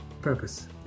purpose